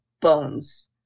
bones